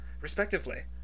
respectively